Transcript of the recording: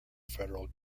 federal